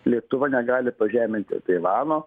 lietuva negali pažeminti taivano